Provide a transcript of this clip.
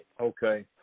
Okay